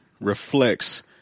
reflects